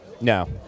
No